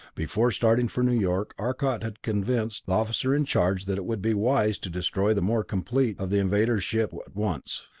before starting for new york, arcot had convinced the officer in charge that it would be wise to destroy the more complete of the invaders' ships at once,